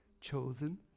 chosen